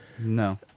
No